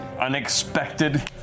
unexpected